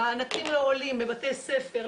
מענקים לעולים בבתי ספר,